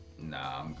nah